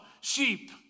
sheep